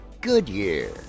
Goodyear